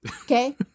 Okay